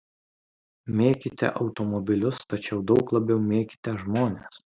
mėkite automobilius tačiau daug labiau mėkite žmones